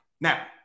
Now